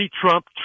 trump